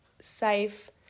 safe